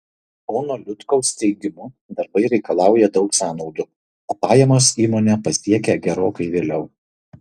pono liutkaus teigimu darbai reikalauja daug sąnaudų o pajamos įmonę pasiekia gerokai vėliau